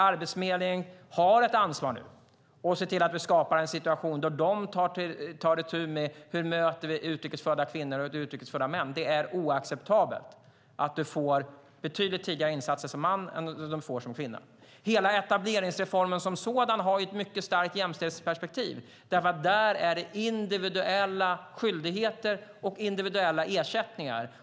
Arbetsförmedlingen har nu ett ansvar att ta itu med hur vi möter utrikes födda kvinnor och män. Det är oacceptabelt att män får betydligt tidigare insatser än kvinnor. Hela etableringsreformen som sådan har ett mycket starkt jämställdhetsperspektiv. Där handlar det om individuella skyldigheter och individuella ersättningar.